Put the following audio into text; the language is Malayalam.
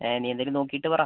ആ നീ എന്തായാലും നോക്കിയിട്ട് പറ